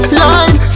line